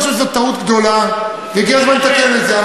אני חושב שזו טעות גדולה והגיע הזמן לתקן את זה.